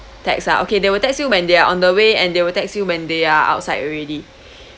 text ah okay they will text you when they are on the way and they will text you when they are outside already